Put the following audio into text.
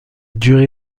durée